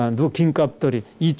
and you